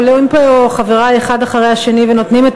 עולים פה חברי אחד אחרי השני ונותנים את